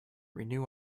renew